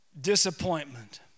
Disappointment